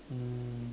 um